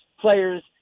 players